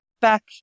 back